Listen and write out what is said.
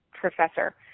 professor